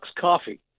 coffee